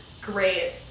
Great